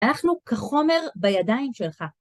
אנחנו כחומר בידיים שלך.